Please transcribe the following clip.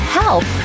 help